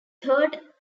third